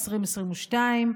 2022,